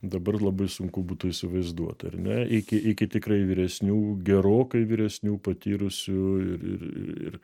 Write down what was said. dabar labai sunku būtų įsivaizduot ar ne iki iki tikrai vyresnių gerokai vyresnių patyrusių ir ir